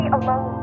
alone